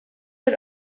had